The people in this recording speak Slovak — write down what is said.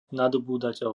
nadobúdateľ